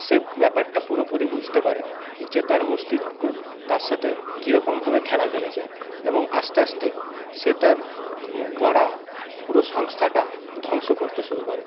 সে ব্যাপারটা পুরোপুরি বুঝতে পারে যে তার মস্তিস্ক তার সাথে কিরকমভাবে খেলা খেলেছে এবং আস্তে আস্তে সে তার গড়া পুরো সংস্থাটা ধ্বংস করতে শুরু করে